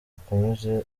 ikomeze